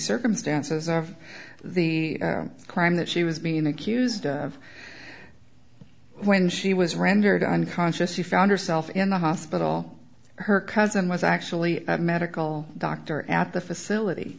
circumstances of the crime that she was being accused of when she was rendered unconscious she found herself in the hospital her cousin was actually a medical doctor at the facility